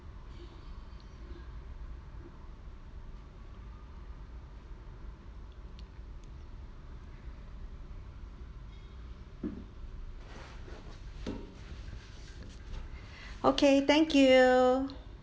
okay thank you